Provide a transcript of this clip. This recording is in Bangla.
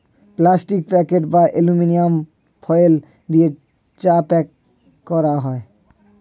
প্লাস্টিক প্যাকেট এবং অ্যালুমিনিয়াম ফয়েল দিয়ে চা প্যাক করা হয়